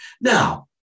Now